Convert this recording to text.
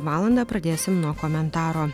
valandą pradėsim nuo komentaro